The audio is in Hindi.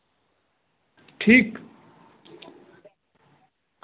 ठीक